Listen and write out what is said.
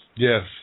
Yes